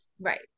right